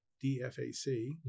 D-F-A-C